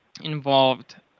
involved